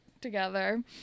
together